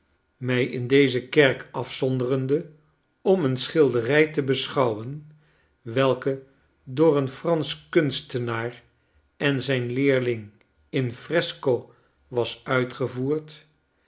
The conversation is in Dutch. mij in deze kerk afzonderende om eene schilderij te beschouwen welke door een fransch kunstenaar en zijn leerling in fresco was uitgevoerd